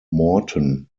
morton